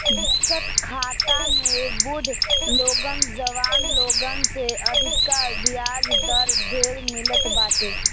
बचत खाता में बुढ़ लोगन जवान लोगन से अधिका बियाज दर ढेर मिलत बाटे